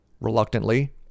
Reluctantly